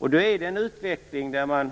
Nu är utvecklingen sådan att man